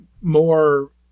more